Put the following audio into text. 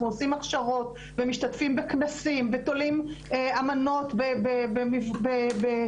אנחנו עושים הכשרות ומשתתפים בכנסים ותולים אמנות בחדרי